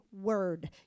word